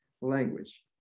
language